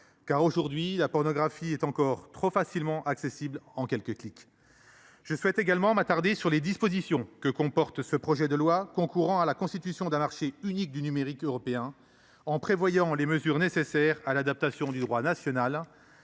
fait, aujourd’hui, la pornographie est encore trop facilement accessible en quelques clics. Je souhaite également m’attarder sur les dispositions du projet de loi concourant à la constitution d’un marché unique du numérique européen, qui prévoient les mesures nécessaires à l’adaptation du droit national